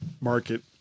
market